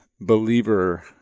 believer –